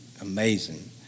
amazing